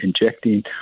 injecting